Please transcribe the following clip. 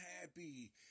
happy